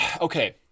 Okay